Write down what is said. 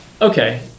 okay